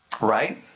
Right